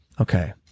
Okay